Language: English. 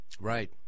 Right